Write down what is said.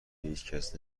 هیچکس